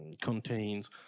contains